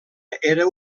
era